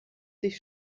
sich